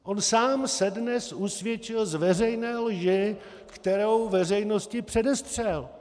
On sám se dnes usvědčil z veřejné lži, kterou veřejnosti předestřel.